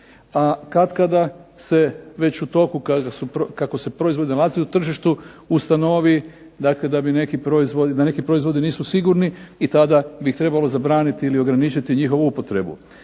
a katkada se već u toku, kako se proizvodi nalaze u tržištu ustanovi dakle da bi neki proizvodi, da neki proizvodi nisu sigurni i tada bi ih trebalo zabraniti ili ograničiti njihovu upotrebu.